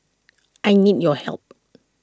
I need your help